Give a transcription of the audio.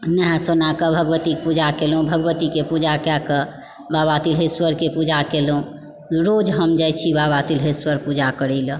नहा सोना कऽ भगवतीके पूजा केलहुॅं भगवतीके पूजा कए कऽ बाबा तिल्हेश्वरके पुजा केलहुॅं रोज हम जाइ छी बाबा तिल्हेश्वर पुजा करय लए